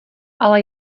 ale